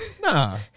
Nah